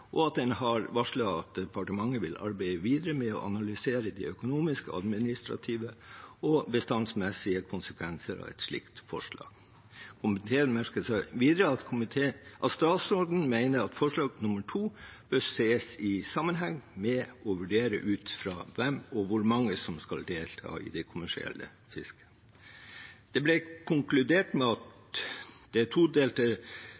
og at en har varslet at departementet vil arbeide videre med å analysere de økonomiske, administrative og bestandsmessige konsekvensene av et slikt forslag. Komiteen merker seg videre at statsråden mener at forslag nr. 2 bør ses i sammenheng med og vurderes ut fra hvem og hvor mange som skal delta i det kommersielle fisket. Det ble konkludert med at det todelte forvaltningsregimet har vært vellykket og bidratt til